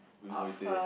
with ZoeTay